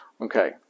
Okay